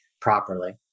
properly